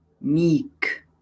meek